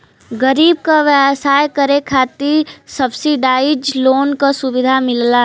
गरीब क व्यवसाय करे खातिर सब्सिडाइज लोन क सुविधा मिलला